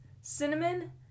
cinnamon